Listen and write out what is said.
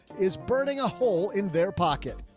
is burning a hole in their pocket,